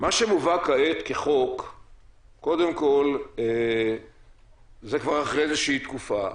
מה שמובא כעת כחוק קודם כול זה כבר אחרי איזושהי תקופה,